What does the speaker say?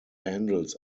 handles